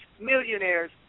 millionaires